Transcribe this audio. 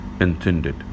intended